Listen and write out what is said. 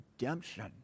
redemption